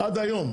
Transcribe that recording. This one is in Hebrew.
עד היום,